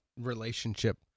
relationship